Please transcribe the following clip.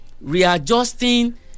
Readjusting